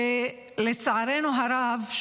שלצערנו הרב,